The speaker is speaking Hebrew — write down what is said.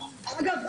אגב,